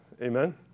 Amen